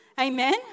Amen